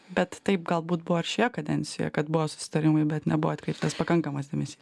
bet taip galbūt buvo ir šioje kadencijoje kad buvo susitarimų bet nebuvo atkreiptas pakankamas dėmesys